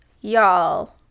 Y'all